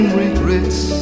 regrets